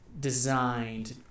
designed